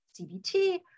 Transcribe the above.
CBT